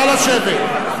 נא לשבת.